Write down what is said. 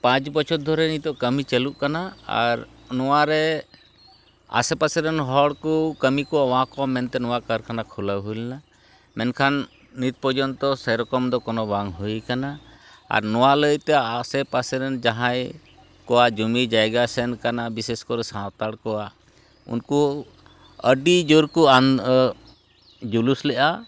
ᱯᱟᱸᱪ ᱵᱚᱪᱷᱚᱨ ᱫᱷᱚᱨᱮ ᱱᱤᱛᱚᱜ ᱠᱟᱹᱢᱤ ᱪᱟᱞᱩᱜ ᱠᱟᱱᱟ ᱟᱨ ᱱᱚᱣᱟᱨᱮ ᱟᱥᱮᱯᱟᱥᱮᱨᱮᱱ ᱦᱚᱲ ᱠᱚ ᱠᱟᱹᱢᱤᱠᱚ ᱮᱢᱟᱣ ᱠᱚ ᱢᱮᱱᱛᱮ ᱱᱚᱣᱟ ᱠᱟᱨᱠᱷᱟᱱᱟ ᱠᱷᱩᱞᱟᱹᱣ ᱦᱩᱭᱞᱮᱱᱟ ᱢᱮᱱᱠᱷᱟᱱ ᱱᱤᱛ ᱯᱚᱨᱡᱚᱱᱛᱚ ᱥᱮᱨᱚᱠᱚᱢ ᱫᱚ ᱠᱚᱱᱚ ᱵᱟᱝ ᱦᱩᱭ ᱠᱟᱱᱟ ᱟᱨ ᱱᱚᱣᱟ ᱞᱟᱹᱣᱛᱮ ᱟᱥᱮᱯᱟᱥᱮᱨᱮᱱ ᱡᱟᱦᱟᱸᱭ ᱠᱚᱣᱟᱜ ᱡᱩᱢᱤ ᱡᱟᱭᱜᱟ ᱥᱮᱱ ᱟᱠᱟᱱᱟ ᱵᱚᱤᱥᱮᱥ ᱠᱚᱨᱮ ᱥᱟᱱᱛᱟᱲ ᱠᱚᱣᱟᱜ ᱩᱱᱠᱩ ᱟᱹᱰᱤ ᱡᱳᱨᱠᱚ ᱟᱱᱫᱳ ᱡᱳᱞᱩᱥ ᱞᱮᱜᱼᱟ